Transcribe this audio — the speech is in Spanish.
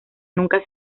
nunca